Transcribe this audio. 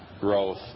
growth